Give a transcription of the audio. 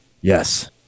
Yes